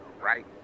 right